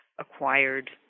acquired